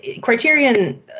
criterion